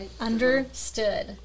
Understood